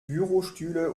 bürostühle